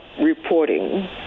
reporting